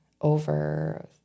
over